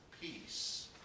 peace